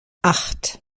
acht